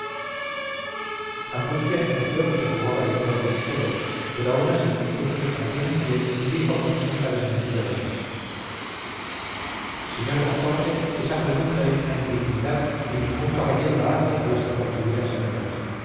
angustias conoció que se jugaba el todo por el todo pero aun así púsose también de pie y dijo con su nunca desmentido valor señor don jorge esa pregunta es una indignidad y ningún caballero la hace a las que considera señoras